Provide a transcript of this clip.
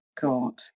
got